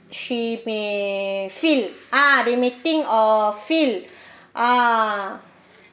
she may feel ah they may think or feel ah